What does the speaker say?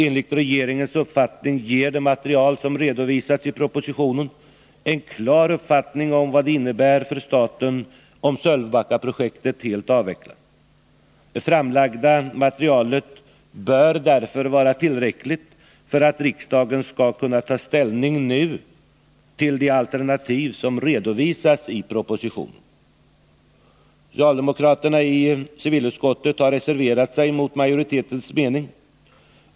Enligt regeringens uppfattning ger det material som 7 redovisas i propositionen en klar uppfattning om vad det innebär för staten om Sölvbackaprojektet helt avvecklas. Det framlagda materialet bör därför vara tillräckligt för att riksdagen nu skall kunna ta ställning till de alternativ som redovisas i propositionen. Socialdemokraterna i civilutskottet har reserverat sig mot majoritetens mening.